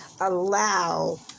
allow